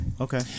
okay